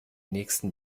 nächsten